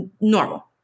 normal